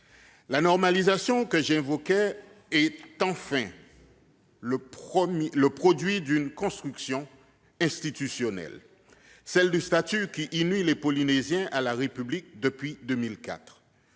La normalisation que j'évoquais est enfin le produit d'une construction institutionnelle, celle du statut qui unit les Polynésiens à la République depuis 2004.